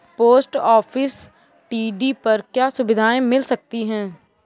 Post office TD पर क्या सुविधाएँ मिल सकती है?